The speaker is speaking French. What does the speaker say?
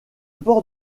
port